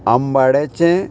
आंबाड्याचें